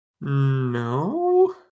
No